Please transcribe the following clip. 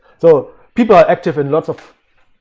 so people are active in lots of